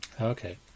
Okay